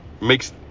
makes